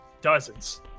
dozens